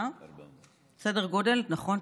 400. נכון,